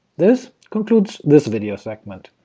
this concludes this video segment.